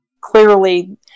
clearly